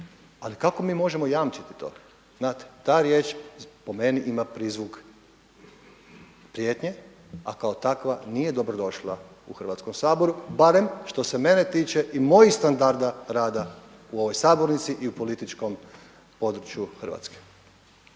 ali kako mi možemo jamčiti to? Znate ta riječ po meni ima prizvuk prijetnje a kao takva nije dobro došla u Hrvatskom saboru barem što se mene tiče i mojih standarda rada u ovoj sabornici i u političkom području Hrvatske.